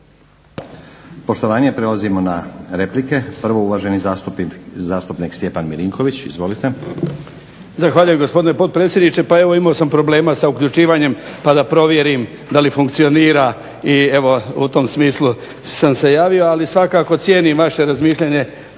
Poštovanje. Prelazimo na replike. Prvo uvaženi zastupnik Stjepan Milinković. Izvolite. **Milinković, Stjepan (HDZ)** Zahvaljujem gospodine potpredsjedniče. Pa evo imao sam problema sa uključivanjem pa da provjerim da li funkcionira i evo u tom smislu sam se javio. Ali svakako cijenim vaše razmišljanje,